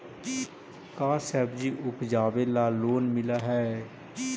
का सब्जी उपजाबेला लोन मिलै हई?